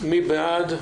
מי בעד?